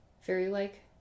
fairy-like